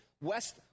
West